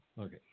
Okay